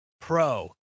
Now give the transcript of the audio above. pro